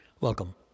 Welcome